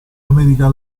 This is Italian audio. america